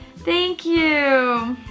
thank you.